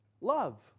Love